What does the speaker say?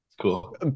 Cool